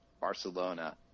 Barcelona